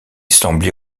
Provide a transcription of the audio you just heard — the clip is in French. semblait